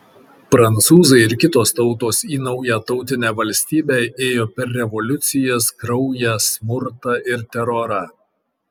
prancūzai ir kitos tautos į naują tautinę valstybę ėjo per revoliucijas kraują smurtą ir terorą